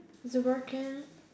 is it working